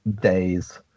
days